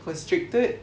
constricted